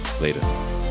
Later